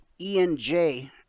enj